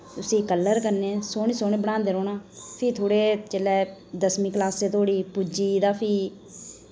उसी कलर करने सोह्ने सोह्ने बनांदे रौह्ना फ्ही थोह्ड़े जिल्लै दसमीं क्लासे धोड़ी पुज्जी तां फ्ही